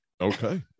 Okay